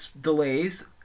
delays